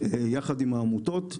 יחד עם העמותות.